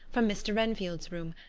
from mr. renfield's room,